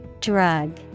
Drug